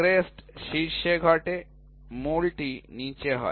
crest শীর্ষে ঘটে মূলটি নীচে হয়